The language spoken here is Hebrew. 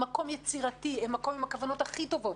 הן מקום יצירתי ועם הכוונות הכי טובות.